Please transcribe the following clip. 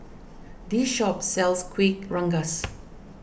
this shop sells Kueh Rengas